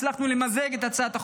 הצלחנו למזג את הצעות החוק.